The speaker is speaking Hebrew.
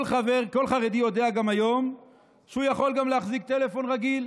כל חרדי יודע גם היום שהוא יכול גם להחזיק טלפון רגיל.